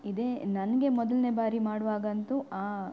ಇದೆ ನನಗೆ ಮೊದಲನೇ ಬಾರಿ ಮಾಡುವಾಗಂತೂ ಆ